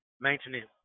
maintenance